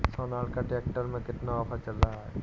Sonalika tractor में कितना offer चल रहा है?